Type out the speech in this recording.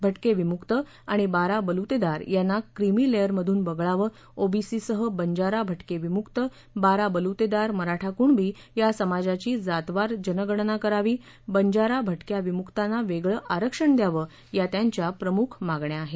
भटके विमुक्त आणि बारा बलुतेदार यांना क्रिमिलेअर मधून वगळावं ओबीसीसह बंजारा भटके विमुक्त बारा बलुतेदार मराठा कुणबी या समाजाची जातवार जणगणना करावी बंजारा भटक्या विमुक्तांना वेगळ आरक्षण द्यावं या त्यांच्या प्रमुख मागण्या आहेत